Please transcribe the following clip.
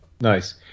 Nice